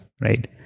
Right